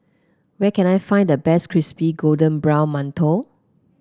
where can I find the best Crispy Golden Brown Mantou